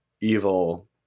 evil